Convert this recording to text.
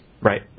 Right